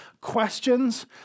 questions